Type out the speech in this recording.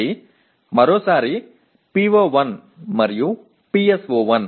మళ్ళీ మరోసారి PO1 మరియు PSO1